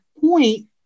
point